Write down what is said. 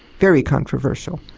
very controversial.